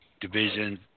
division